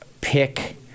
pick